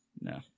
No